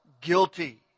guilty